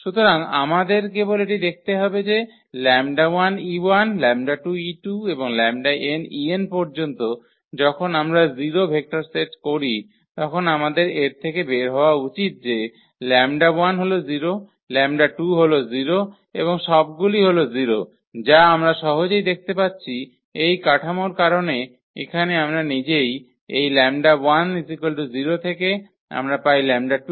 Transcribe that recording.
সুতরাং আমাদের কেবল এটি দেখতে হবে যে 𝜆1𝑒1 𝜆2𝑒2 এবং 𝜆𝑛𝑒𝑛 পর্যন্ত যখন আমরা 0 ভেক্টর সেট করি তখন আমাদের এর থেকে বের হওয়া উচিত যে 𝜆1 হল 0 𝜆2 হল 0 এবং সবগুলিই হল 0 যা আমরা সহজেই দেখতে পাচ্ছি এই কাঠামোর কারণে এখানে আমরা নিজেই এই 𝜆1 0 থেকে আমরা পাই 𝜆2 0 ইত্যাদি পাই